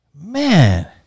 Man